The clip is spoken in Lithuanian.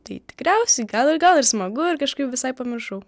tai tikriausiai gal ir gal ir smagu ar kažkaip visai pamiršau